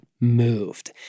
moved